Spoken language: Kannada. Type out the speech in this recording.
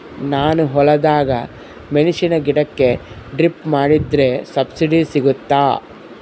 ನಾನು ಹೊಲದಾಗ ಮೆಣಸಿನ ಗಿಡಕ್ಕೆ ಡ್ರಿಪ್ ಮಾಡಿದ್ರೆ ಸಬ್ಸಿಡಿ ಸಿಗುತ್ತಾ?